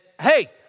hey